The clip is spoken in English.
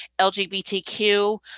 LGBTQ